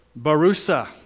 Barusa